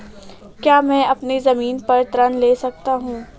क्या मैं अपनी ज़मीन पर ऋण ले सकता हूँ?